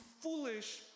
foolish